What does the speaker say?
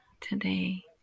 today